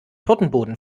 tortenboden